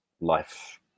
life